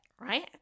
right